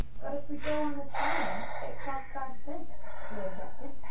but if we go on the trolley it costs five cents, sue objected,